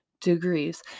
degrees